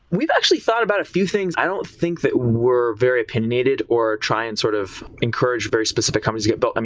we've actually thought about a few things. i don't think that we're very opinionated or try and sort of encourage very specific companies get built. and